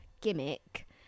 gimmick